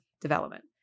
development